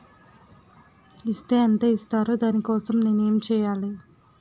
Is తే ఎంత ఇస్తారు దాని కోసం నేను ఎంచ్యేయాలి?